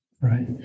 right